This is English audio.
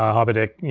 ah hyperdeck, yeah